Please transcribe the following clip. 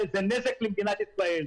זה נזק למדינת ישראל.